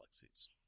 galaxies